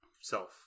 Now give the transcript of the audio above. self